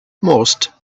most